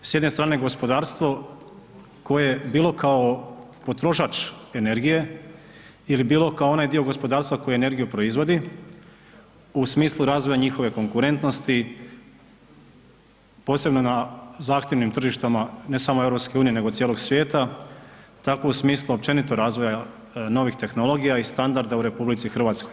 S jedne strane gospodarstvo koje bilo kao potrošač energije ili bilo kao onaj dio gospodarstva koji energiju proizvodi u smislu razvoja njihove konkurentnosti posebno na zahtjevnim tržištima ne samo EU nego i cijelog svijeta, tako u smislu općenito razvoja novih tehnologija i standarda u RH.